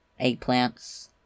eggplants